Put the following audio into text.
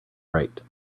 right